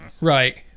Right